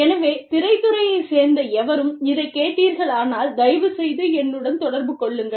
எனவே திரைத்துறையைச் சேர்ந்த எவரும் இதை கேட்கிறீர்களானால் தயவுசெய்து என்னுடன் தொடர்பு கொள்ளுங்கள்